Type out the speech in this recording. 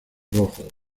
rojo